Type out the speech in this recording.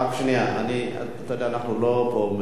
אתה יודע, אנחנו לא מלמדים פה מוסר.